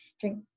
drink